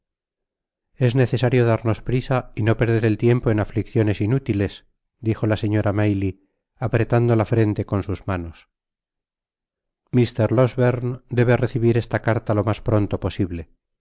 es necesario darnos prisa y no perder el tiempo en aflicciones inútiles dijo la señora maylie apretando la frente con sus manos mr losberne debe recibir esta carta lo mas pronto posible